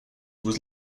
was